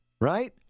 right